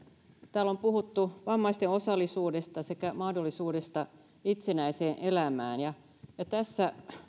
täällä on puhuttu vammaisten osallisuudesta sekä mahdollisuudesta itsenäiseen elämään ja ja tässä